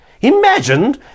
imagine